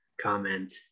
comment